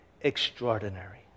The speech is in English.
extraordinary